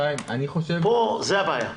חיים, אני חושב --- פה מתחילה הבעיה.